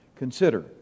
Consider